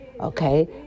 Okay